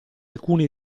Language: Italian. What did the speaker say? alcuni